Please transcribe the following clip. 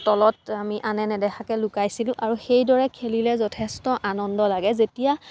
তলত আমি আনে নেদেখাকৈ লুকাইছিলোঁ আৰু সেইদৰে খেলিলে যথেষ্ট আনন্দ লাগে যেতিয়া